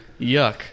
yuck